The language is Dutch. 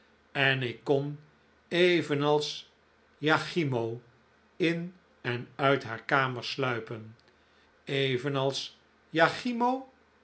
en ik kon evenals iachimo in en uit haar kamer sluipen evenals iachimo